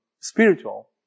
spiritual